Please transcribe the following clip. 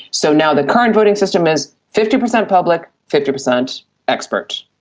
so now the current voting system is fifty percent public, fifty percent expert.